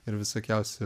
ir visokiausių